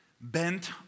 bent